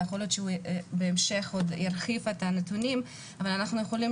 ויכול להיות שהוא ירחיב על הנתונים בהמשך אבל אנחנו יכולים